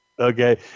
Okay